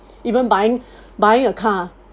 even buying buying a car